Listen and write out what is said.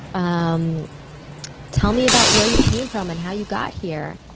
um tell me about where you came from and how you got here.